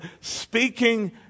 speaking